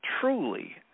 truly